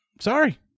Sorry